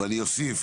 ואני אוסיף,